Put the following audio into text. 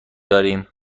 داریم